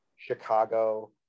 Chicago